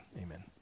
amen